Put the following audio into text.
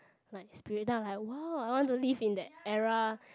like spirit then I like !wow! I want to live in that era